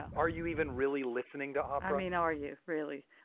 are you even really listening to opera mean? are you really?